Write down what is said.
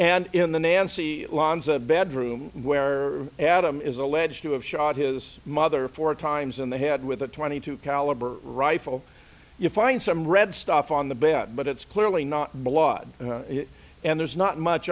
and in the nancy lanza bedroom where adam is alleged to have shot his mother four times in the head with a twenty two caliber rifle you find some red stuff on the bed but it's clearly not blood and there's not much